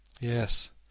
Yes